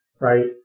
right